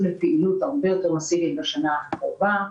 לפעילות הרבה יותר מסיבית בשנה הקרובה: